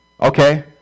Okay